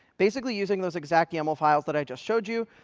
basically, using those exact yaml files that i just showed you.